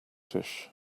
dish